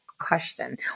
question